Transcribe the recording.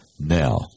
now